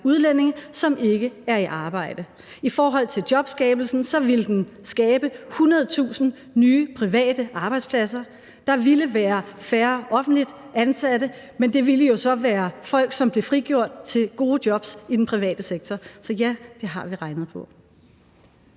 udlændinge, som ikke var i arbejde. I forhold til jobskabelse ville den skabe 100.000 nye private arbejdspladser; der ville være færre offentligt ansatte, men det ville jo så være folk, som blev frigjort til gode jobs i den private sektor. Så ja, det har vi regnet på.